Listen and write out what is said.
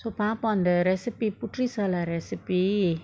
so பாப்போம் அந்த:papom andtha recipe puteri salat recipe